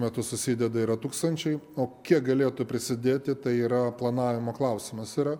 metu susideda yra tūkstančiai o kiek galėtų prisidėti tai yra planavimo klausimas yra